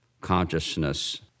consciousness